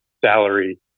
salary